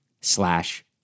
slash